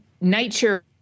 nature